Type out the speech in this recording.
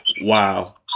Wow